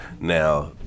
Now